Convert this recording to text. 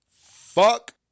fuck